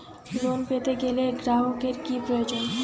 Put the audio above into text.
Loan পেতে গেলে গ্রাহকের কি প্রয়োজন?